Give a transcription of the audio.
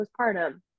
postpartum